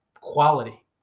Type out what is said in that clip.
quality